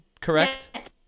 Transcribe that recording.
correct